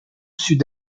sud